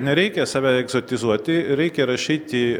nereikia save egzotizuoti reikia rašyti